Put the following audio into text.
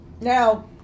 now